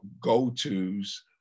go-tos